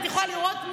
את יכולה לראות,